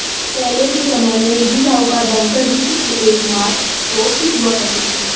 पहले के समय में निजी साहूकर बैंकर वित्त के एकमात्र स्त्रोत हुआ करते थे